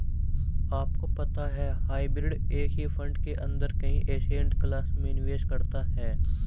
आपको पता है हाइब्रिड एक ही फंड के अंदर कई एसेट क्लास में निवेश करता है?